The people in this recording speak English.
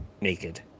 Naked